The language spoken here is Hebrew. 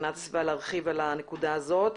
להגנת הסביבה להרחיב את הנקודה הזאת.